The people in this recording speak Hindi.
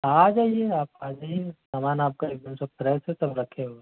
आ जाइए आप आ जाइए सामान आप का एकदम सब फ्रेश है सब रखे हुए हैं